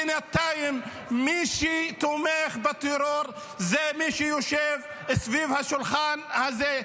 בינתיים מי שתומך בטרור זה מי שיושב סביב השולחן הזה.